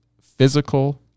physical